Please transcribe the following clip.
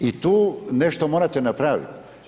I tu nešto morate napravit.